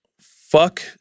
fuck